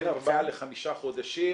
בין ארבעה לחמשה חודשים